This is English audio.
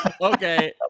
okay